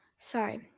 Sorry